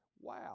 wow